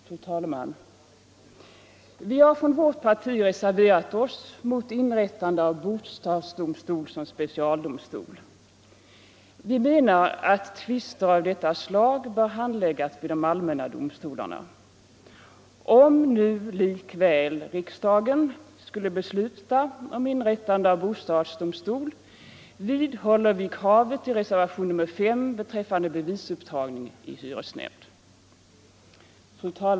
Fru talman! Vi har från vårt parti reserverat oss mot inrättande av bostadsdomstol som specialdomstol. Vi menar att tvister av detta slag bör handläggas vid de allmänna domstolarna. Om nu likväl riksdagen skulle besluta om inrättande av bostadsdomstol vidhåller vi kravet i reservationen 5 beträffande bevisupptagning i hyresnämnd.